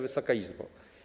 Wysoka Izbo!